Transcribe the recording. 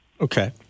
Okay